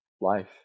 life